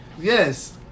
yes